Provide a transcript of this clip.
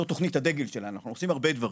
זאת תוכנית הדגל שלנו, אנחנו עושים הרבה דברים,